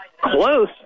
close